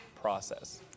process